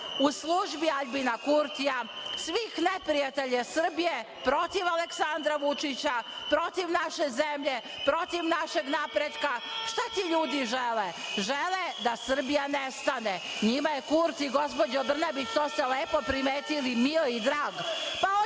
u službi Aljbina Kurtija, svih neprijatelja Srbija protiv Aleksandra Vučića, protiv naše zemlje, protiv našeg napretka šta ti ljudi žele? Žele da Srbija nestane. Njima je Kurti, gospođo Brnabić, to ste lepo primetili, mio i drag.